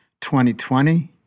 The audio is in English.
2020